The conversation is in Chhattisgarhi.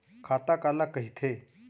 खाता काला कहिथे?